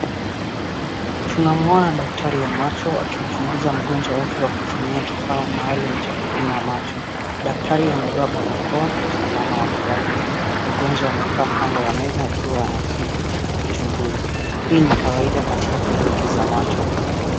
Tunamwona daktari wa macho akimchunguza mgonjwa wake akitumia kifaa maalum cha kupima macho. Daktari amevaa barakoa kwa usalama wa kiafya. Mgonjwa amekaa kando ya meza akiwa anajibu uchunguzi. Hii ni kawaida katika kliniki za macho.